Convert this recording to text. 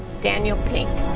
daniel pink.